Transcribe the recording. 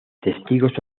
testigos